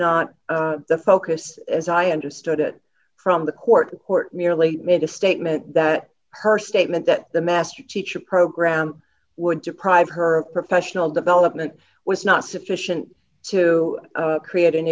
not the focus as i understood it from the court court merely made a statement that her statement that the master teacher program would deprive her professional development was not sufficient to create an